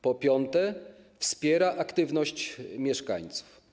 Po piąte, wspiera aktywność mieszkańców.